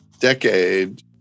decade